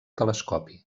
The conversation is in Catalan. telescopi